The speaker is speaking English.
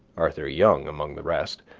arthur young among the rest,